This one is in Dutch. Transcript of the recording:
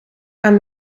aan